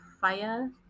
fire